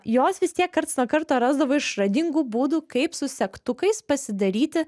jos vis tiek karts nuo karto rasdavo išradingų būdų kaip su segtukais pasidaryti